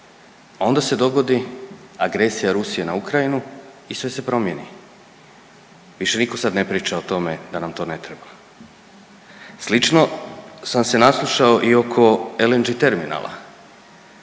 onda se dogodi agresija Rusije na Ukrajinu i sve se promijeni više nitko sad ne priča o tome da nam to ne treba. Slično sam se naslušao i oko LNG terminala,